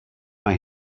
mae